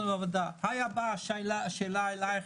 לו היתה באה השאלה אליך,